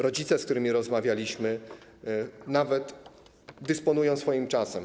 Rodzice, z którymi rozmawialiśmy, nawet dysponują swoim czasem.